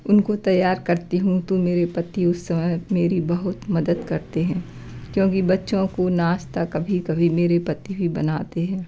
उनको तैयार करती हूँ तो मेरे पति उस समय मेरी बहुत मदद करते हैं क्योंकि बच्चों को नाश्ता कभी कभी मेरे पति भी बनाते हैं